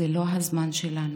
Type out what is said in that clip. זה לא הזמן שלנו.